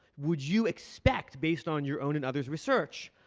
would you expect, based on your own and others' research,